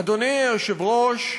אדוני היושב-ראש,